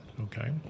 Okay